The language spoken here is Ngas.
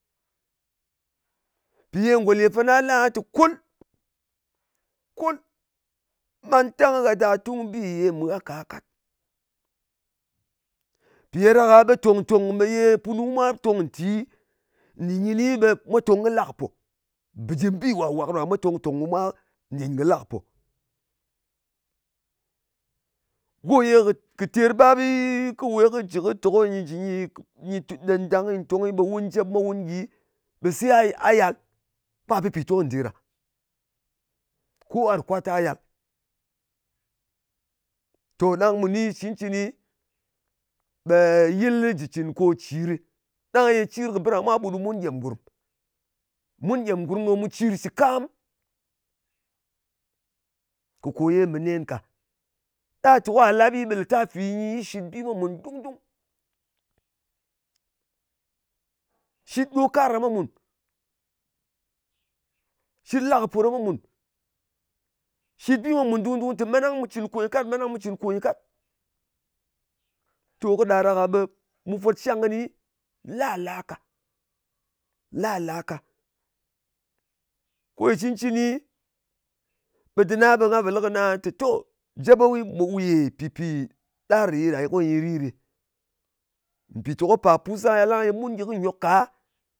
Ye ngò lè fana lɨ aha te, kul, kul. Mantang gha da tung bi ye mɨ gha ka kat. Mpì ɗa ɗak-a ɓe tòng-tòng me ye punu mwa tong nti, nɗin kɨni, ɓe mwa tòng kɨ la kɨ pò. Bɨjɨm bi wàk-wàk, ɗò mwa tong-tòng kɨ mwa nɗin kɨ la kɨ pò. Go ye kɨ ter bap bi, kɨ we kɨ jɨ tè ko nyɨ ɗen ɗang ko nyɨ tong, ɓe wun jep mwa, wun gyi, ɓe se, a yal ka, pɨn pìtong ndè ɗa. Ko a ròt kwa ta, ɓe se gha yal. Ɗang mu ni shɨ cɨncɨni, ɓe yɨl jɨ cɨn ko cìr ɗɨ. Ɗang ye cir kɨ b da mwa kɨbut, ɓe mun gyèm gùrm. Mun gyèm gurm ɗo mu cir shɨ kam, kɨ kò yè mɨ nen ka. Ɗa tè ka lap, ɓe lɨtafi nyi shɨt bi mwa mùn dung-dung. Shit ɗo kar ɗa mwa mùn. Shit la kɨ pò ɑɗa mwa mùn. Shit bi mwa mùn dung-dung, tè mantang mu cɨn kò nyɨ kat. Mantang mu cɨn ko nyɨ kat. To, kɨ ɗà ɗak-a ɓe mu fwot shang kɨni la-lā ka. La-lāka. Ko shɨ cɨncɨni, ɓe dɨna, ɓe nga pò lɨ kɨnɨ tè to, jep mwa wu, ɓe wu yè pɨpi ɗar ye ɗà ko nyɨ rir ɗɨ. Mpìtèko pàr pus ɗang yal ɗang ye mun gyɨ kɨ nyok ka